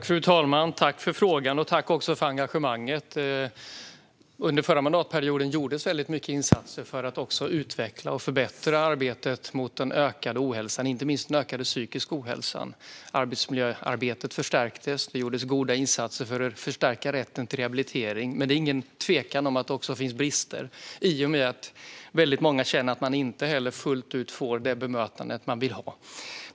Fru talman! Jag tackar för frågan och för engagemanget. Under den förra mandatperioden gjordes många insatser för att utveckla och förbättra arbetet när det gäller den ökade ohälsan, inte minst den ökade psykiska ohälsan. Arbetsmiljöarbetet förstärktes, och det gjordes goda insatser för att förstärka rätten till rehabilitering. Men det råder ingen tvekan om att det också finns brister, i och med att många känner att de inte fullt ut får det bemötande de vill ha.